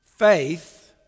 Faith